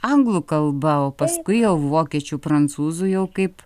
anglų kalba o paskui jau vokiečių prancūzų jau kaip